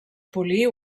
polir